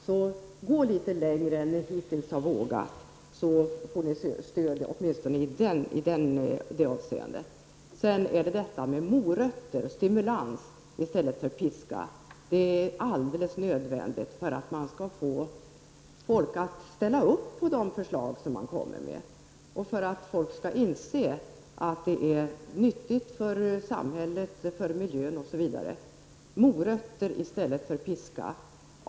Gå därför litet längre än vad ni hittills har vågat, så får ni stöd åtminstone i det avseendet! Sedan till detta med morötter, stimulans, i stället för piska. Detta är alldeles nödvändigt för att man skall få folk att ställa upp på de förslag som läggs fram och för att folk skall inse att det är nyttigt för samhället, för miljön, osv. Vi bör alltså ha morötter i stället för piska.